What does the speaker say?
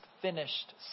finished